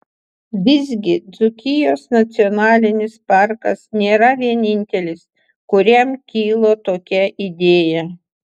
visgi dzūkijos nacionalinis parkas nėra vienintelis kuriam kilo tokia idėja